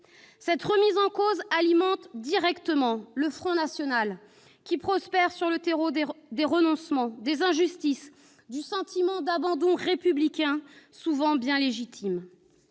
Cette remise en cause alimente directement le Front national, qui prospère sur le terreau des renoncements, des injustices et du sentiment d'abandon républicain, souvent bien légitime.